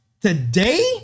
today